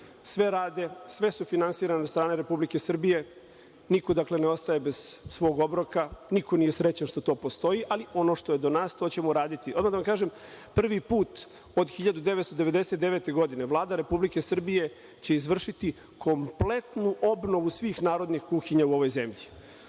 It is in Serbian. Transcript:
Sve rade, sve su finansirane od strane Republike Srbije, niko ne ostaje bez svog obroka. Niko nije srećan što to postoji, ali ono što je do nas, to ćemo uraditi. Evo, da vam kažem, prvi put od 1999. godine Vlada Republike Srbije će izvršiti kompletnu obnovu svih narodnih kuhinja u ovoj zemlji. To